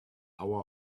our